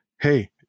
hey